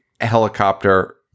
helicopter